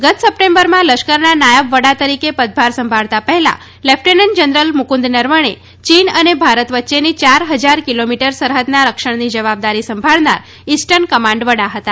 ગત સપ્ટેમ્બરમાં લશ્કરના નાયબ વડા તરીકે પદભાર સંભાળતા પહેલાં લેફટનન્ટ જનરલ મુક્રંદ નરવણે ચીન અને ભારત વચ્ચેની ચાર હજાર કિલોમીટર સરહદના રક્ષણની જવાબદારી સંભાળનાર ઇસ્ટર્ન કમાન્ડ વડા હતા